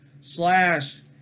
slash